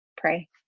Pray